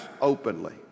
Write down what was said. openly